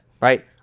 right